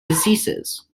diseases